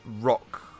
rock